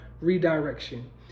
redirection